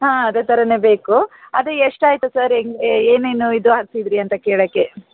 ಹಾಂ ಅದೆ ಥರನೇ ಬೇಕು ಅದೆ ಎಷ್ಟು ಆಯಿತು ಸರ್ ಹೆಂಗೆ ಏನೇನು ಇದು ಹಾಕಿಸಿದ್ರಿ ಅಂತ ಕೇಳೋಕ್ಕೆ